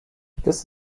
this